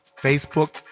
Facebook